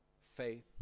faith